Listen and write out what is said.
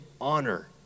honor